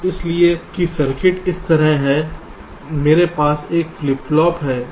तो इसलिए कि सर्किट इस तरह है मेरे पास एक फ्लिप फ्लॉप है